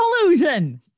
collusion